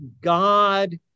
God